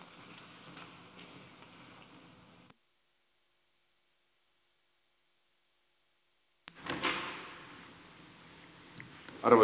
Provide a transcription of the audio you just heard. arvoisa puhemies